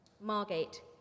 Margate